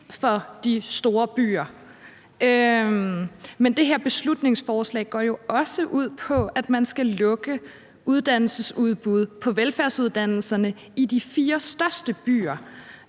for de store byer. Men det her beslutningsforslag går jo også ud på, at man skal lukke uddannelsesudbud på velfærdsuddannelserne i de fire største byer.